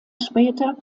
später